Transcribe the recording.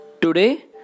today